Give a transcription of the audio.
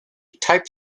type